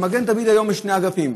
למגן דוד היום יש שני אגפים.